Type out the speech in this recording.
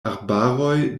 arbaroj